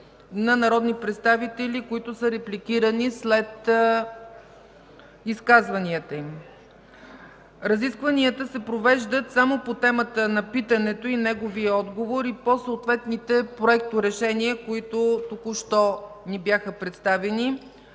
на народни представители, които са репликирани след изказванията им. Разискванията се провеждат само по темата на питането и неговия отговор, и по съответните проекторешения, които току-що ни бяха представени.